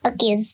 Okay